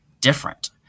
different